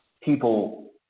People